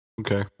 Okay